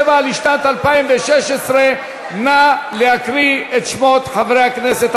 לשנת 2016. נא להקריא את שמות חברי הכנסת.